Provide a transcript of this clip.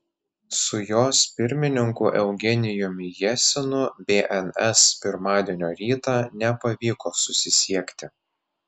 su jos pirmininku eugenijumi jesinu bns pirmadienio rytą nepavyko susisiekti